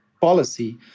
policy